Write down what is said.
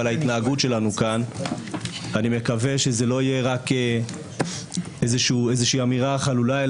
ועל ההתנהגות שלנו כאן אני מקווה שזה לא יהיה רק איזה אמירה חלולה,